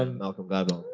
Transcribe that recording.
um malcolm gladwell.